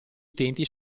utenti